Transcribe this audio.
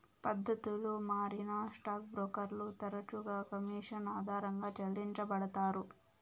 పద్దతులు మారినా స్టాక్ బ్రోకర్లు తరచుగా కమిషన్ ఆధారంగా చెల్లించబడతారు